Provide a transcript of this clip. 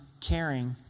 caring